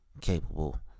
capable